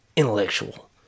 Intellectual